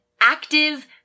active